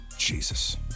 Jesus